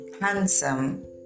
handsome